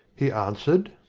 he answered,